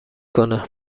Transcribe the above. کنه